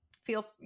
feel